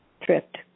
tripped